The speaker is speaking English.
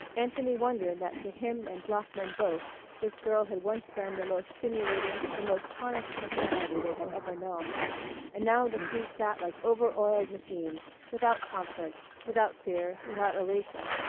anthony wondered that to him and bloeckman both this girl had once been the most stimulating, the most tonic personality they had ever known and now the three sat like overoiled machines, without conflict, without fear, without elation,